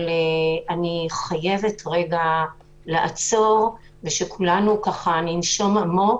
אבל אני חייבת לעצור, ושכולנו נשום עמוק.